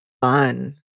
Fun